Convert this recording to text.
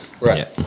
Right